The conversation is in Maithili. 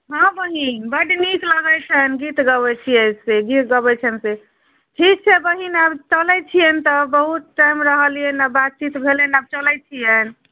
हँ बहिन बड नीक लगैत छनि गीत गबैत छियै से गीत गबैत छनि से ठीक छै बहिन आब चलैत छिअनि तऽ बहुत टाइम रहलिअनि आब बात चीत भेलनि आब चलैत छिअनि